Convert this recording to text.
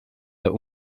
der